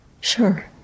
Sure